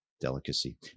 delicacy